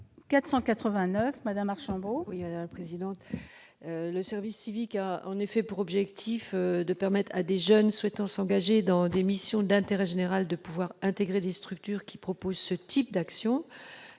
Le service civique a en effet pour objectif de permettre à des jeunes souhaitant s'engager dans des missions d'intérêt général de pouvoir intégrer des structures qui proposent ce type d'actions.